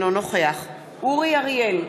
אינו נוכח אורי אריאל,